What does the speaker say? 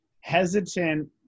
hesitant